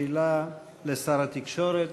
שאלה לשר התקשורת.